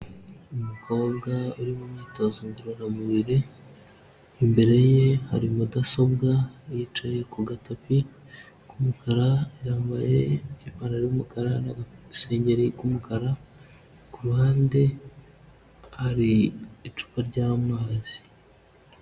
Umukobwa uri mu imyitozo ngororamubiri, imbere ye hari mudasobwa, yicaye ku gatapi k'umukara, yambaye ipantaro y'umukara n'agasengeri k'umukara, ku ruhande hari icupa ry'amazi.